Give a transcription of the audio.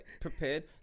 prepared